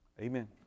Amen